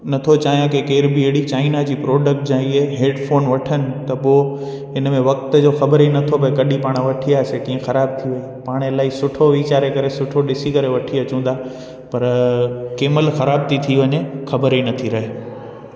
नथो चाहियां की केर बि अहिड़ी चाइना जी प्रोडक्ट जा इहे हैडफ़ोन वठनि त पोइ हिन में वक़्त जो ख़बर ई नथो पिए कॾहिं पाणि वठी आयासीं कीअं ख़राबु थी वेई पाणि इलाही सुठो वीचारे करे सुठो ॾिसी करे वठी अचूं था पर कंहिं महिल ख़राबु थी थी वञे ख़बर ई नथी रहे